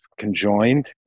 conjoined